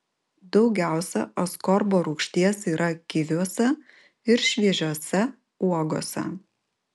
daugiausia askorbo rūgšties yra kiviuose ir šviežiose uogose